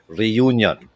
reunion